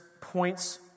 points